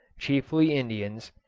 chiefly indians,